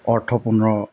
অৰ্থপূৰ্ণ